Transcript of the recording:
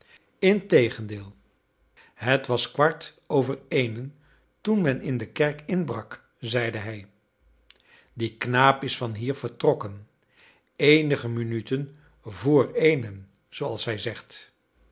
integendeel het was kwart over eenen toen men in de kerk inbrak zeide hij die knaap is vanhier vertrokken eenige minuten voor eenen zooals hij zegt